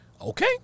Okay